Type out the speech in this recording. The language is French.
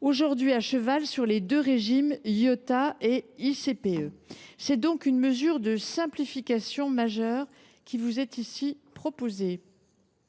aujourd’hui à cheval sur les deux régimes Iota et ICPE. C’est donc une mesure de simplification majeure qui vous est ici proposée.